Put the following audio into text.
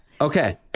okay